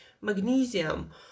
magnesium